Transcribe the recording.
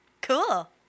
cool